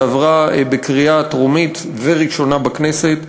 שעברה בקריאה טרומית ובקריאה ראשונה בכנסת,